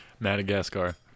Madagascar